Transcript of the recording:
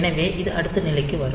எனவே இது அடுத்த நிலைக்கு வரும்